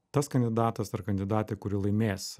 tas kandidatas ar kandidatė kuri laimės